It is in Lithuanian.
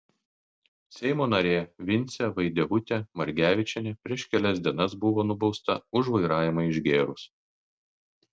seimo narė vincė vaidevutė margevičienė prieš kelias dienas buvo nubausta už vairavimą išgėrus